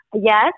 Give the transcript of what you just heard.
yes